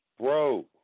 Bro